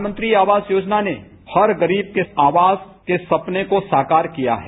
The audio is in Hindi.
प्रधानमंत्री आवास योजना ने हर गरीब के आवास के सपने को साकार किया है